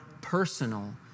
personal